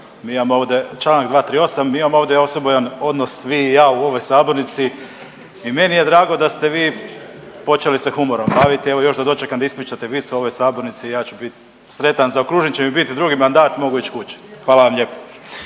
Mi imamo ovdje članak 238., mi imamo ovdje osebujan odnos vi i ja u ovoj sabornici i meni je drago da ste vi počeli se humorom baviti. Evo još da dočekam da ispričate vic u ovoj sabornici ja ću biti sretan, zaokružen će mi bit drugi mandat, mogu ići kući. Hvala vam lijepo.